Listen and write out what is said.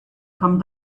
come